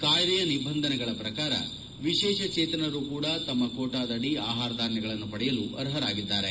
ಕಾಯ್ದೆಯ ನಿಬಂಧನೆಗಳ ಪ್ರಕಾರ ವಿಶೇಷಚೇತನರು ಕೂಡ ತಮ್ಮ ಕೋಟಾದಡಿ ಆಹಾರ ಧಾನ್ವಗಳನ್ನು ಪಡೆಯಲು ಅರ್ಹರಾಗಿದ್ದಾರೆ